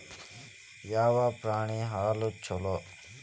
ಯಾವ ಪ್ರಾಣಿ ಹಾಲು ಛಲೋ?